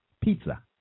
pizza